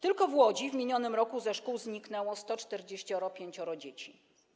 Tylko w Łodzi w minionym roku ze szkół zniknęło 145 dzieci.